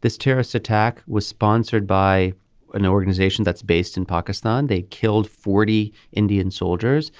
this terrorist attack was sponsored by an organization that's based in pakistan. they killed forty indian soldiers.